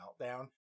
meltdown